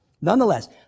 nonetheless